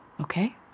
okay